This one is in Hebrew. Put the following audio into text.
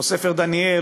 או ספר דניאל,